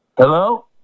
Hello